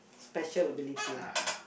special ability ah